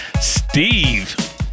Steve